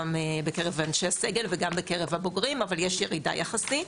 בקרב אנשי הסגל וגם בקרב הבוגרים אבל יש ירידה יחסית.